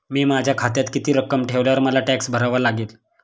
मी माझ्या खात्यात किती रक्कम ठेवल्यावर मला टॅक्स भरावा लागेल?